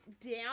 down